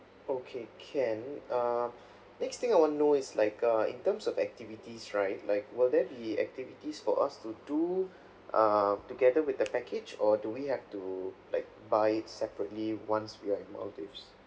okay can err next thing I wanna know it's like uh in terms of activities right like will there be activities for us to do err together with the package or do we have to like buy separately once we are in maldives